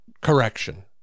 correction